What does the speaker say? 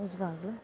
ನಿಜವಾಗ್ಲು